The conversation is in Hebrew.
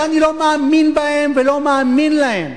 שאני לא מאמין בהם ולא מאמין להם.